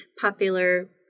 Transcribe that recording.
popular